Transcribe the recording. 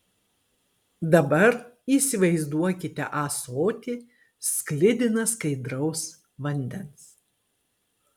dabar įsivaizduokite ąsotį sklidiną skaidraus vandens